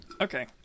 Okay